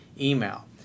email